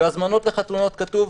בהזמנות לחתונות כתוב: